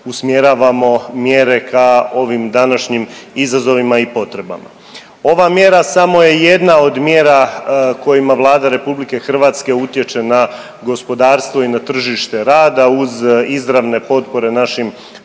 usmjeravamo mjere ka ovim današnjim izazovima i potrebama. Ova mjera samo je jedna od mjera kojima Vlada Republike Hrvatske utječe na gospodarstvo i na tržište rada uz izravne potpore našim